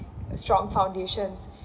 strong foundations